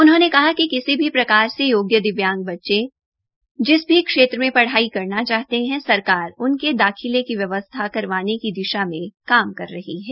उन्होंने कहा कि किसी भी प्रकार से योग्य दिव्यांग बच्चे जिस भी क्षेत्र में पढ़ाई करना चाहते है सरकार उनके दाखिले की व्यवस्था करवाने की दिशा मे काम कर रही है